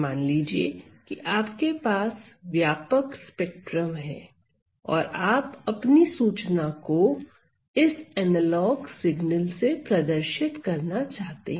मान लीजिए कि आपके पास व्यापक स्पेक्ट्रम है और आप अपनी सूचना को इस एनालॉग सिग्नल से प्रदर्शित करना चाहते हैं